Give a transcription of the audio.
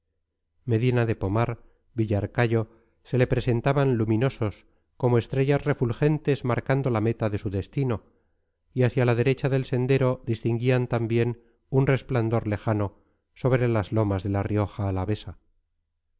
medina de pomar villarcayo se le presentaban luminosos como estrellas refulgentes marcando la meta de su destino y hacia la derecha del sendero distinguían también un resplandor lejano sobre las lomas de la rioja